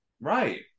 Right